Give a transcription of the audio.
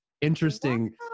interesting